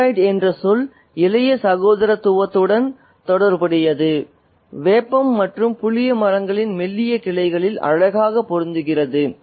Adroit என்ற சொல் இளைய சகோதரத்துவத்துடன் தொடர்புடையது வேப்பம் மற்றும் புளிய மரங்களின் மெல்லிய கிளைகளில் அழகாக பொருந்துகிறது